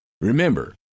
Remember